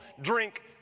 drink